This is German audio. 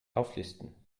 auflisten